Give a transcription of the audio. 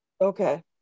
Okay